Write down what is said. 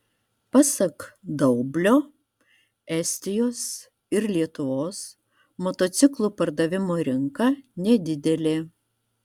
pasak daublio estijos ir lietuvos motociklų pardavimų rinka nedidelė